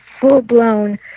full-blown